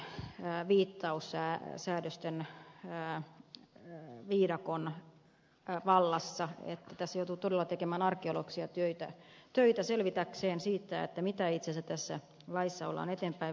nimittäin tämä hallituksen esitys on hyvin monimutkaisen viittaussäädösten viidakon vallassa niin että tässä joutuu todella tekemään arkeologisia töitä selvittääkseen mitä itse asiassa tässä laissa ollaan eteenpäin viemässä